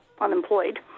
unemployed